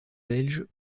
belges